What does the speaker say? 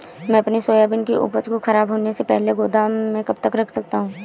मैं अपनी सोयाबीन की उपज को ख़राब होने से पहले गोदाम में कब तक रख सकता हूँ?